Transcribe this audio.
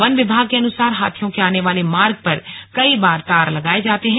one विभाग के अनुसार हाथियों के आने वाले मार्ग पर कई बार तार लगाये जाते हैं